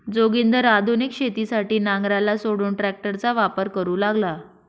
जोगिंदर आधुनिक शेतीसाठी नांगराला सोडून ट्रॅक्टरचा वापर करू लागला